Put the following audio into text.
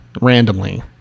randomly